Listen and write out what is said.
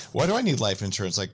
what do i need life insurance? like